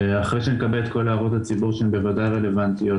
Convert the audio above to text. אחרי שנקבל את כל הערות הציבור שהן בוודאי רלוונטיות,